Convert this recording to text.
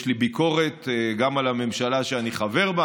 יש לי ביקורת גם על הממשלה שאני חבר בה.